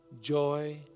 joy